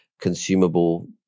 consumable